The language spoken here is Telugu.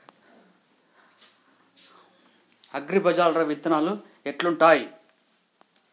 అగ్రిబజార్ల విత్తనాలు ఎట్లుంటయ్?